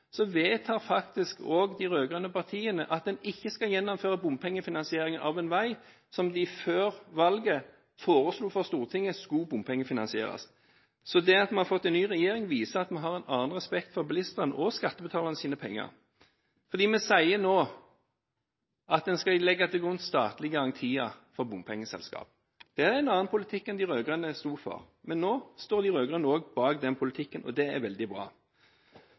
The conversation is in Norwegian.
Så det at vi har fått en ny regjering, viser at vi har en annen respekt for bilistene og skattebetalernes penger, fordi vi nå sier at en skal legge til grunn statlige garantier for bompengeselskap. Det er en annen politikk enn de rød-grønne sto for. Men nå står de rød-grønne også bak den politikken, og det er veldig bra.